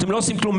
אתם לא עושים כלום.